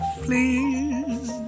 please